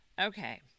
Okay